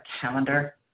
calendar